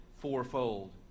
fourfold